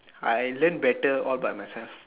I learn better all by myself